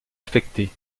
affecté